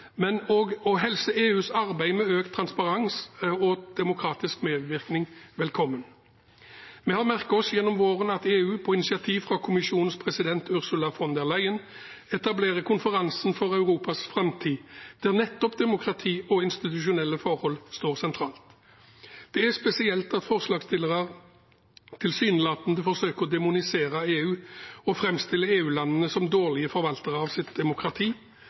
men hilser velkommen EUs arbeid med økt transparens og demokratisk medvirkning. Vi har merket oss gjennom våren at EU, på initiativ fra Kommisjonens president, Ursula von der Leyen, etablerer konferansen for Europas framtid, der nettopp demokrati og institusjonelle forhold står sentralt. Det er spesielt at forslagsstillerne tilsynelatende forsøker å demonisere EU og framstiller EU-landene som dårlige forvaltere av sitt demokrati.